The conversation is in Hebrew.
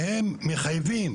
שהם מחייבים